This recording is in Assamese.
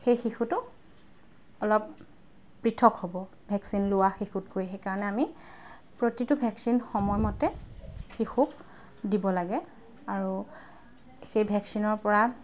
সেই শিশুটো অলপ পৃথক হ'ব ভেকচিন লোৱা শিশুতকৈ সেইকাৰণে আমি প্ৰতিটো ভেকচিন সময়মতে শিশুক দিব লাগে আৰু সেই ভেকচিনৰপৰা